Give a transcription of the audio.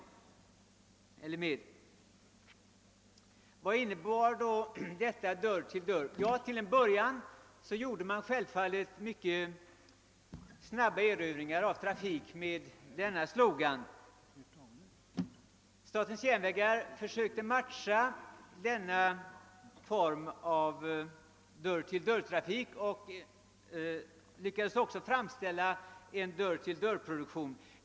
Vad innebar då dörr-till-dörr-trafiken? Ja, till en början gjorde man snabba erövringar av trafik med denna slogan. Statens järnvägar försökte matcha dörr-till-dörr-trafiken och lyckades även få till stånd en dörr-till-dörr-produktion.